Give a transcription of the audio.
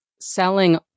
selling